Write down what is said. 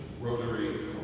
Rotary